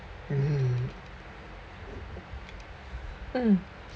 hmm mm